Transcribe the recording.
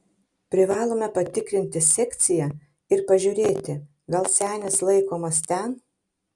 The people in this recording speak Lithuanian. privalome patikrinti sekciją ir pažiūrėti gal senis laikomas ten